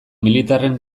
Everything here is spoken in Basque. militarren